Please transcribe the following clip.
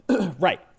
Right